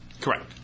Correct